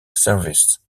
service